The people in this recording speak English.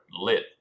lit